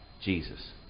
Jesus